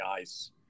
ice